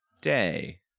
day